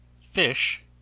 FISH